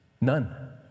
None